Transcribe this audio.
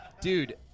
Dude